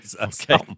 Okay